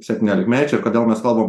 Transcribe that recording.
septyniolikmečiai ir kodėl mes kalbam